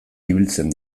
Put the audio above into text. ibiltzen